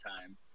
time